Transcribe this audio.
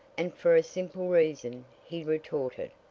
and for a simple reason, he retorted.